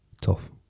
Tough